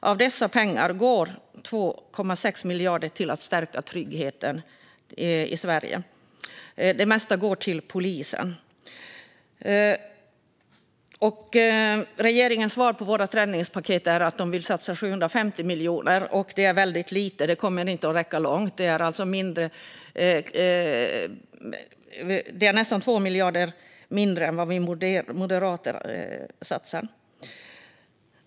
Av dessa pengar går 2,6 miljarder till att stärka tryggheten i Sverige. Det mesta går till polisen. Regeringens svar på vårt räddningspaket är att man vill satsa 750 miljoner. Det är väldigt lite. Det kommer inte att räcka långt. Det är nästan 2 miljarder mindre än vad vi moderater satsar.